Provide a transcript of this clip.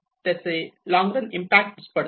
त्याचे long run impact पडतात